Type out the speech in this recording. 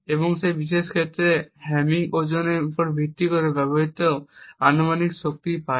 এবং এই বিশেষ ক্ষেত্রে হ্যামিং ওজনের উপর ভিত্তি করে ব্যবহৃত অনুমানিক শক্তি পায়